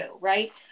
right